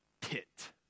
pit